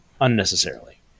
unnecessarily